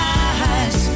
eyes